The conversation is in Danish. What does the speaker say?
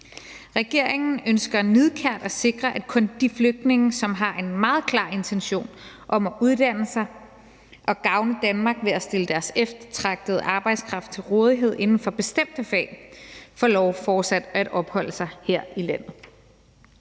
Regeringen ønsker nidkært at sikre, at kun de flygtninge, som har en meget klar intention om at uddanne sig og gavne Danmark ved at stille deres eftertragtede arbejdskraft til rådighed inden for bestemte fag, får lov fortsat at opholde sig her i landet.